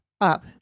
Up